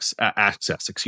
access